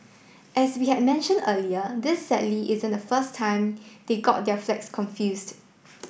as we had mentioned earlier this sadly isn't the first time they got their flags confused